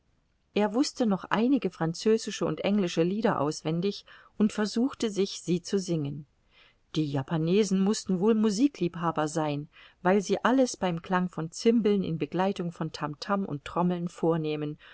er wußte noch einige französische und englische lieder auswendig und versuchte sich sie zu singen die japanesen mußten wohl musikliebhaber sein weil sie alles beim klang von cymbeln in begleitung von tam tam und trommeln vornehmen